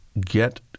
get